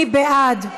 מי בעד?